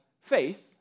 faith